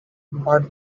but